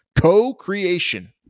co-creation